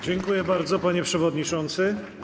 Dziękuję bardzo, panie przewodniczący.